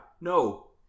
no